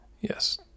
yes